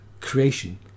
Creation